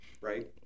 right